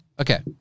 okay